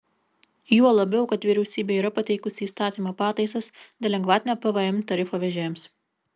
juo labiau kad vyriausybė yra pateikusi įstatymo pataisas dėl lengvatinio pvm tarifo vežėjams